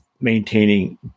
maintaining